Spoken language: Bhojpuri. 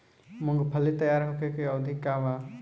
मूँगफली तैयार होखे के अवधि का वा?